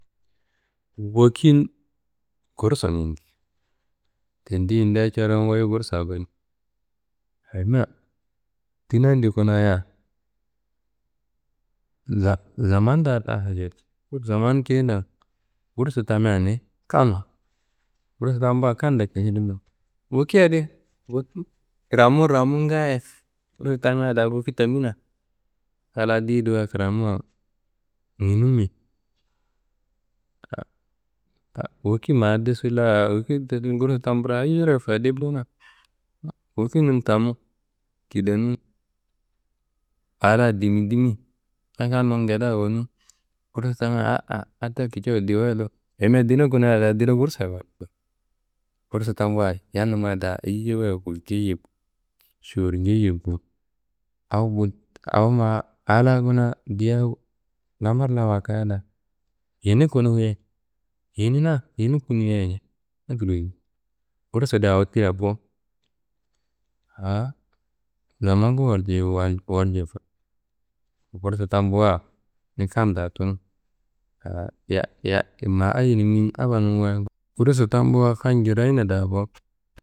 Woki n gursu n yindi. Tendi yindia coron wuyi gursa goniyi ayimia dinande kunaya za- zamanda da. Zaman keyendan gursu tamia ni kamma gursu tambuwa kando kici. Woki adi kramu n ramu n ngaaye kursu tamia da woki tamina a la ndeyedi wayi kramuwa nginimi. Woki ma de sulla woki de dun gursu tamburo ayiyero fayide bo na. Wokinum tamu kidenum a la dimidimi kakanun ngede awonimi. Gursu tamia aa addo kiciwo diyewa do ayimia dina kunaya da dina gursuye. Gursu tambuwa yamnumma da ayiye wayi gulcei bo, šowornjeiye bo awo awo ma a la kuna diyia lamar la wakaya da yini kuno yeye, yini na, yini kunu yeye njei akedi. Gursu di awo tina bo. Zamangu yu walju, walju. Gursu tambuwa ni kanda tunu ma ayenimi n abanimi n wayi gursu tambuwa kam njirayina da bo.